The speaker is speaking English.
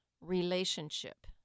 relationship